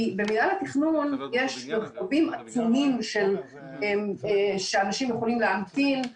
כי במנהל התכנון יש מרחבים עצומים שאנשים יכולים להמתין.